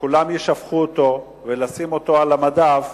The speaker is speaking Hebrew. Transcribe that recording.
שכולם ישבחו אותו ולשים אותו על המדף,